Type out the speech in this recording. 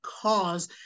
cause